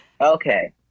Okay